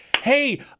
Hey